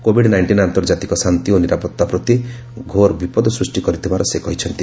Covid nineteen ଆନ୍ତର୍ଜାତିକ ଶାନ୍ତି ଓ ନିରାପତ୍ତା ପ୍ରତି ଘୋର ବିପଦ ସୃଷ୍ଟି କରିଥିବାର ସେ କହିଛନ୍ତି